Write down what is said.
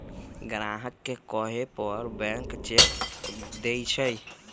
ग्राहक के कहे पर बैंक चेक देई छई